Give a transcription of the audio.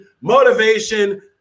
motivation